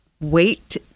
wait